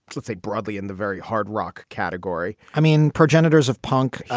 let's say broadly in the very hard rock category i mean, progenitors of punk.